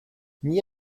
n’y